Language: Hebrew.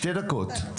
שתי דקות,